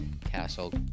castle